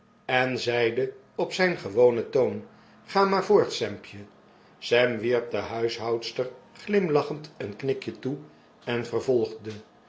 en hy zeide op zyn gewonen toon ga maar voort sampje sam wierp de huishoudster glimlachend een knikje toe en vervolgde